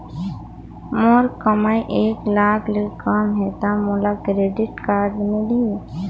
मोर कमाई एक लाख ले कम है ता मोला क्रेडिट कारड मिल ही?